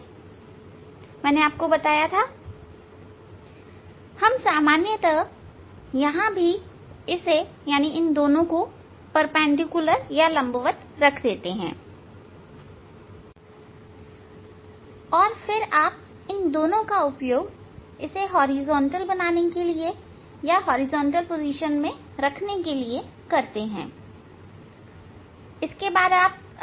जैसा मैंने बताया हम सामान्यतः यहां भी इसे इन दोनों के लंबवत रख देते हैं और फिर आप इन दोनों का उपयोग इसे हॉरिजॉन्टल बनाने के लिए या रखने के लिए करते हैं